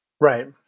Right